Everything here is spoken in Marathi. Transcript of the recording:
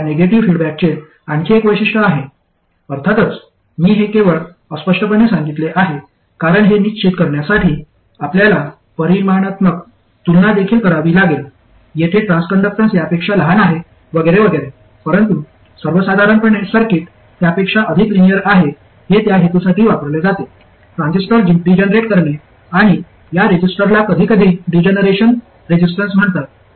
हे ह्या निगेटिव्ह फीडबॅकचे आणखी एक वैशिष्ट्य आहे अर्थातच मी हे केवळ अस्पष्टपणे सांगितले आहे कारण हे निश्चित करण्यासाठी आपल्याला परिमाणात्मक तुलना देखील करावी लागेल येथे ट्रान्सकंडक्टन्स यापेक्षा लहान आहे वगैरे वगैरे परंतु सर्वसाधारणपणे सर्किट त्यापेक्षा अधिक लिनिअर आहे आणि हे त्या हेतूसाठी वापरले जाते ट्रान्झिस्टर डीजेनेरेट करणे आणि या रेझिस्टरला कधीकधी डीजेनेरेशन रेजिस्टन्स म्हणतात